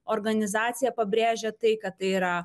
organizacija pabrėžia tai kad tai yra